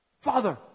Father